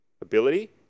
ability